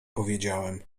powiedziałem